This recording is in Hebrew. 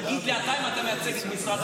תגיד לי אתה, אם אתה מייצג את משרד הפנים.